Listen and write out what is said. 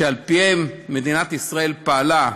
שעל-פיהם מדינת ישראל פעלה,